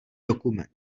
dokument